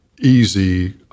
easy